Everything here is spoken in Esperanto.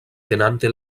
tenante